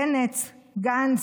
בנט, גנץ,